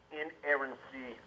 inerrancy